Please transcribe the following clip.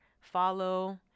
follow